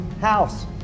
house